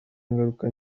ingaruka